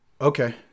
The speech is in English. Okay